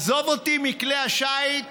עזוב אותי מכלי השיט הזרים,